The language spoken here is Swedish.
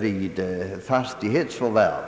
vid fastighetsförvärv.